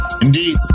Indeed